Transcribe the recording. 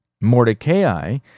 Mordecai